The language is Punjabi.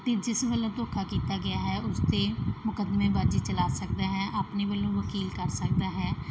ਅਤੇ ਜਿਸ ਵੱਲੋਂ ਧੋਖਾ ਕੀਤਾ ਗਿਆ ਹੈ ਉਸ 'ਤੇ ਮੁਕਦਮੇਬਾਜ਼ੀ ਚਲਾ ਸਕਦਾ ਹੈ ਆਪਣੇ ਵੱਲੋਂ ਵਕੀਲ ਕਰ ਸਕਦਾ ਹੈ